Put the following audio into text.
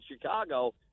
Chicago